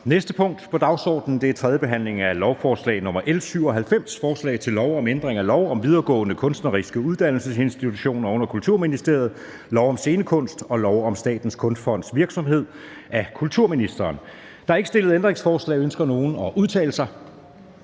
næste punkt på dagsordenen er: 13) 3. behandling af lovforslag nr. L 97: Forslag til lov om ændring af lov om videregående kunstneriske uddannelsesinstitutioner under Kulturministeriet, lov om scenekunst og lov om Statens Kunstfonds virksomhed. (Ny styringsform på institutionerne, udpegning